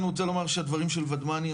אני רוצה לומר שהדברים של ודמני,